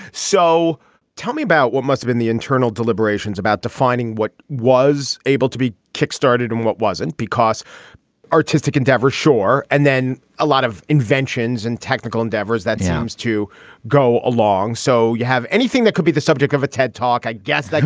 so tell me about what must've been the internal deliberations about defining what was able to be kickstarted and what wasn't. because artistic endeavor shore and then a lot of inventions and technical endeavors that has to go along so you have anything that could be the subject of a ted talk i guess.